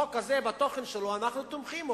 בחוק הזה, בתוכן שלו, אנחנו תומכים.